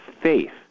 faith